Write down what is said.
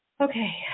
Okay